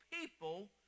people